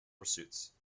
pursuits